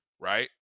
right